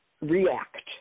react